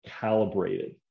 calibrated